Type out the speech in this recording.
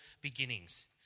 beginnings